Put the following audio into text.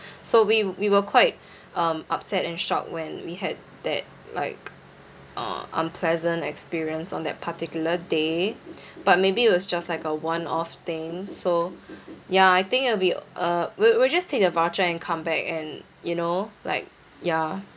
so we we were quite um upset and shocked when we had that like uh unpleasant experience on that particular day but maybe it was just like a one off thing so ya I think it'll be uh we'll we'll just take the voucher and come back and you know like ya